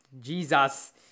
Jesus